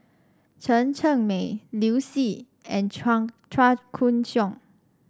Chen Cheng Mei Liu Si and Chua Koon Siong